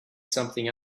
something